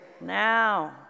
Now